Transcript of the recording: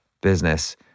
business